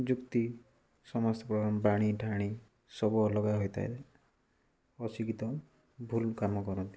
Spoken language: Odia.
ଯୁକ୍ତି ସମସ୍ତ ପ୍ରକାର ବାଣି ଠାଣି ସବୁ ଅଲଗା ହୋଇଥାଏ ଅଶିକ୍ଷିତ ଭୁଲ କାମ କରନ୍ତି